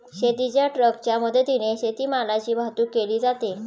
शेतीच्या ट्रकच्या मदतीने शेतीमालाची वाहतूक केली जाते